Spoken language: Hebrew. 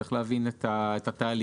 צריך להבין את התהליך.